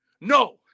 No